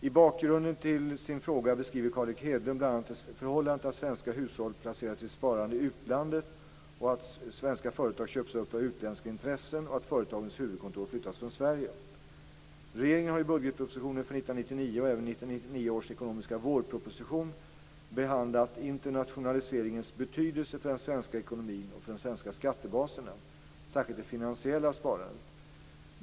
I bakgrunden till sin fråga beskriver Carl Erik Hedlund bl.a. det förhållandet att svenska hushåll placerar sitt sparande i utlandet och att svenska företag köps upp av utländska intressen och att företagens huvudkontor flyttas från Sverige. Regeringen har i budgetpropositionen för 1999 och även i 1999 års ekonomiska vårproposition behandlat internationaliseringens betydelse för den svenska ekonomin och för de svenska skattebaserna, särskilt det finansiella sparandet.